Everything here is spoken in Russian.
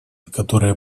которые